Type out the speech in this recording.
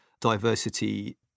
diversity